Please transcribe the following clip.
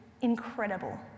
incredible